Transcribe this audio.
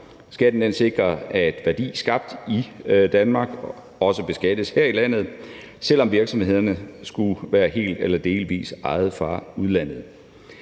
Skatten sikrer, at værdi skabt i Danmark også beskattes her i landet, selv om virksomhederne skulle være helt eller delvis udenlandsk